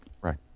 Right